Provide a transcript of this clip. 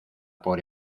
por